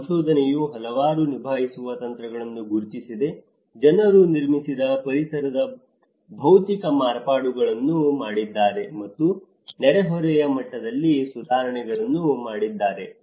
ಸಂಶೋಧನೆಯು ಹಲವಾರು ನಿಭಾಯಿಸುವ ತಂತ್ರಗಳನ್ನು ಗುರುತಿಸಿದೆ ಜನರು ನಿರ್ಮಿಸಿದ ಪರಿಸರದಲ್ಲಿ ಭೌತಿಕ ಮಾರ್ಪಾಡುಗಳನ್ನು ಮಾಡಿದ್ದಾರೆ ಮತ್ತು ನೆರೆಹೊರೆಯ ಮಟ್ಟದಲ್ಲಿ ಸುಧಾರಣೆಗಳನ್ನು ಮಾಡಿದ್ದಾರೆ